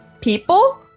people